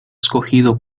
escogido